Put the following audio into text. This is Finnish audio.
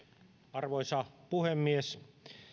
arvoisa puhemies